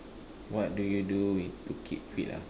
what do you with to keep fit ah